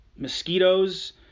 Mosquitoes